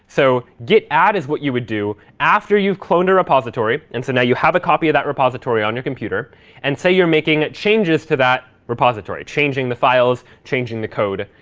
so git add is what you would do after you've cloned a repository and so now you have a copy of that repository on your computer and say you're making changes to that repository, changing the files, changing the code,